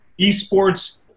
esports